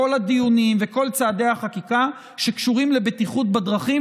כל הדיונים וכל צעדי החקיקה שקשורים לבטיחות בדרכים,